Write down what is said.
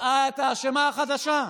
מצאה את האשמה החדשה.